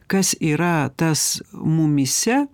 kas yra tas mumyse